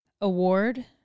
award